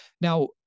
Now